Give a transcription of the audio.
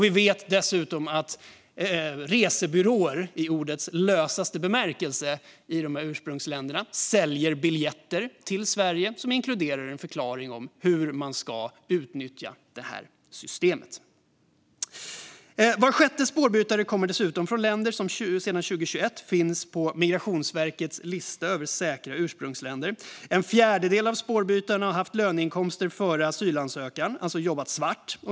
Vi vet också att resebyråer - i ordets lösaste bemärkelse - i de här länderna säljer biljetter till Sverige som inkluderar en förklaring av hur man ska utnyttja systemet. Var sjätte spårbytare kommer dessutom från länder som sedan 2021 finns på Migrationsverkets lista över säkra ursprungsländer. En fjärdedel av spårbytarna har haft löneinkomster före asylansökan, alltså jobbat svart.